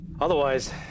Otherwise